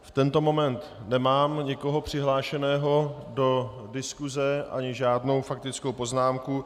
V tento moment nemám nikoho přihlášeného do diskuse ani žádnou faktickou poznámku.